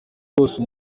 bose